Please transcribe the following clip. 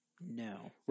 No